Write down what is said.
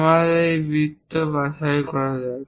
আমাদের এই বৃত্ত বাছাই করা যাক